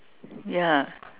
ya